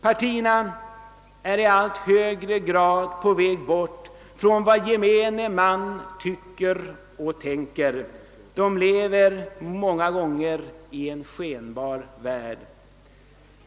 Partierna är i allt högre grad på väg bort från vad gemene man tycker och tänker. De lever många gånger i en skenvärld.